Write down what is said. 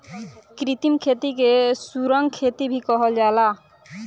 कृत्रिम खेती के सुरंग खेती भी कहल जाला